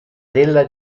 della